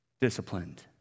disciplined